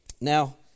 Now